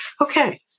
okay